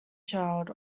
child